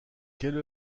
quelle